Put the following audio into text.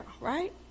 right